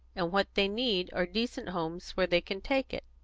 and what they need are decent homes where they can take it.